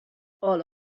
all